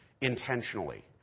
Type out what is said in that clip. intentionally